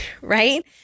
right